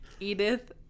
edith